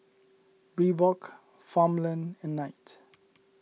Reebok Farmland and Knight